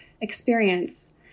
experience